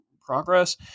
progress